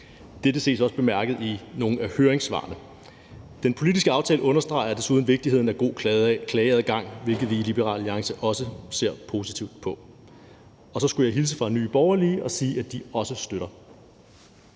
Dette ses også bemærket i nogle af høringssvarene. Den politiske aftale understreger desuden vigtigheden af god klageadgang, hvilket vi i Liberal Alliance også ser positivt på. Så skulle jeg hilse fra Nye Borgerlige og sige, at de også støtter